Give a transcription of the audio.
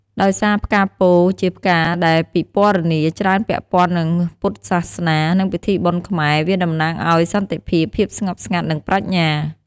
ដោយសារផ្កាពោធិ៍ជាផ្កាដែលពិពណ៌នាច្រើនពាក់ព័ន្ធនឹងពុទ្ធសាសនា និងពិធីបុណ្យខ្មែរ វាតំណាងឱ្យ សន្តិភាព ភាពស្ងប់ស្ងាត់ និងប្រាជ្ញា។